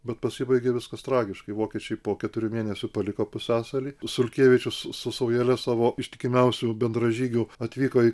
bet pasibaigė viskas tragiškai vokiečiai po keturių mėnesių paliko pusiasalį sulkevičius su saujele savo ištikimiausių bendražygių atvyko į